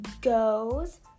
goes